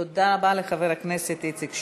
תודה רבה לחבר הכנסת איציק שמולי.